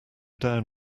down